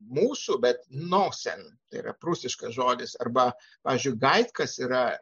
mūsų bet nosen tai yra prūsiškas žodis arba pavyzdžiui gaitkas yra